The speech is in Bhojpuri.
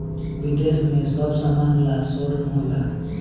विदेश में सब समान ला शोरूम होला